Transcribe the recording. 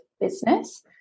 business